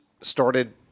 started